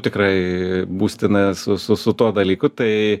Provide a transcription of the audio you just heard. tikrai būstina su su su tuo dalyku tai